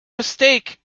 mistake